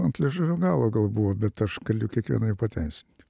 ant liežuvio galo gal buvo bet aš galiu kiekvieną jį pateisint